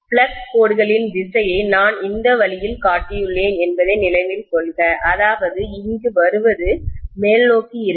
flux கோடுகளின் திசையை நான் இந்த வழியில் காட்டியுள்ளேன் என்பதை நினைவில் கொள்க அதாவது இங்கு வருவது மேல்நோக்கி இருக்கும்